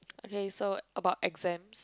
okay so about exams